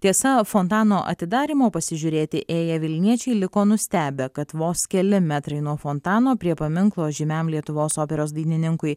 tiesa fontano atidarymo pasižiūrėti ėję vilniečiai liko nustebę kad vos keli metrai nuo fontano prie paminklo žymiam lietuvos operos dainininkui